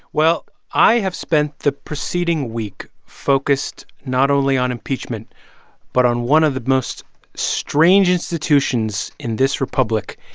well, i have spent the preceding week focused not only on impeachment but on one of the most strange institutions in this republic,